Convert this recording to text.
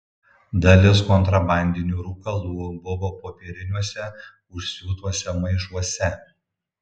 dalis kontrabandinių rūkalų buvo popieriniuose užsiūtuose maišuose